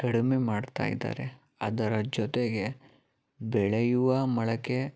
ಕಡಿಮೆ ಮಾಡ್ತಾಯಿದ್ದಾರೆ ಅದರ ಜೊತೆಗೆ ಬೆಳೆಯುವ ಮೊಳಕೆ